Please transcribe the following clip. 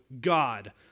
God